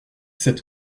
cette